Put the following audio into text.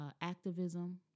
activism